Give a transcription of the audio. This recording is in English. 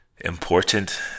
important